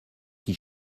qui